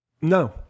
No